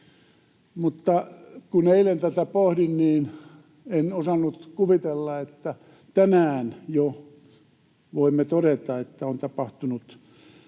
kun eilen tätä pohdin, niin en osannut kuvitella, että tänään jo voimme todeta, että on tapahtunut